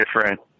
different